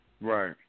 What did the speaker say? Right